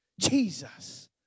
Jesus